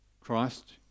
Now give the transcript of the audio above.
Christ